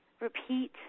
Repeat